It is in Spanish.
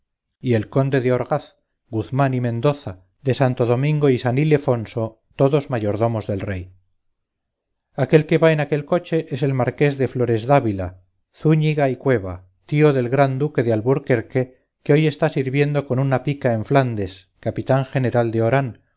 y el conde de orgaz guzmán y mendoza de santo domingo y san ilefonso todos mayordomos del rey aquel que va en aquel coche es el marqués de floresdávila zúñiga y cueva tío del gran duque de alburquerque que hoy está sirviendo con una pica en flandes capitán general de orán